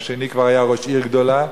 והשני כבר היה ראש עיר גדולה,